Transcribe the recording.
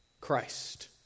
Christ